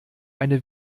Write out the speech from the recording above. eine